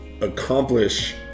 accomplish